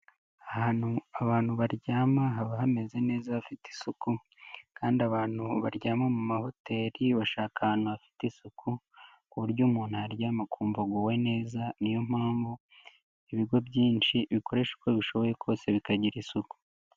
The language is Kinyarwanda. Ahantu abantu baryama haba hameze neza hafite isuku kandi abantu baryama mu mahoteli bashaka ahantu hafite isuku ku buryo umuntu aryama kumva aguwe neza. Niyo mpamvu ibigo byinshi bikoresha uko bishoboye kose bikagira isuku.